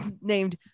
named